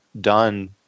done